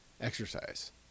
Exercise